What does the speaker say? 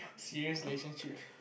serious relationship